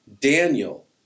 Daniel